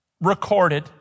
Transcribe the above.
recorded